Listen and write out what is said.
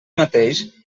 mateix